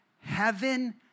heaven